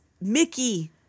Mickey